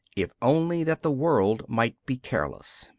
if only that the world might be careless.